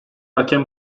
hakem